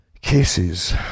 cases